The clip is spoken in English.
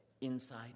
inside